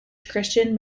christian